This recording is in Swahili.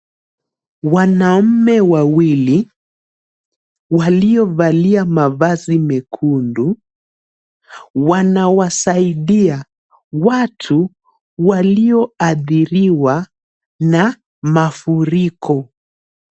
Wanaume wawili waliovalia mavazi mekundu wanawasaidia watu walioathiriwa na mafuriko.